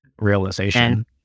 realization